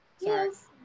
Yes